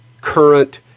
current